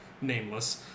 nameless